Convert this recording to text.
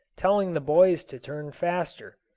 telling the boys to turn faster.